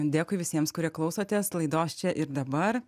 dėkui visiems kurie klausotės laidos čia ir dabar